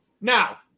Now